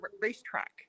racetrack